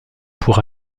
pour